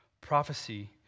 Prophecy